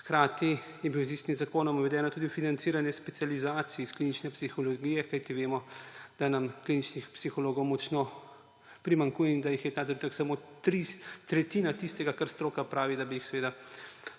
Hkrati je bilo z istim zakonom uvedeno tudi financiranje specializacij iz klinične psihologije, kajti vemo, da nam kliničnih psihologov močno primanjkuje in da jih je ta trenutek samo tretjina tistega, kar stroka pravi, da bi jih Slovenija